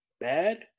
bad